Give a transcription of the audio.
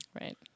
right